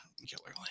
regularly